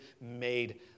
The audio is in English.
made